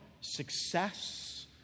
success